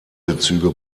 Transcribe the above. bezüge